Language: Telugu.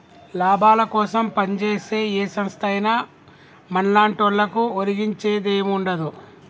లాభాలకోసం పంజేసే ఏ సంస్థైనా మన్లాంటోళ్లకు ఒరిగించేదేముండదు